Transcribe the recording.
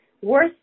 Worth